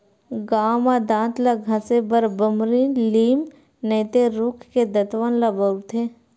गाँव म दांत ल घसे बर बमरी, लीम नइते रूख के दतवन ल बउरथे